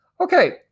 Okay